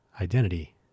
identity